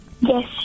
Yes